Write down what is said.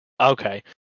Okay